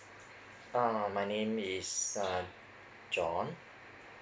uh my name is uh john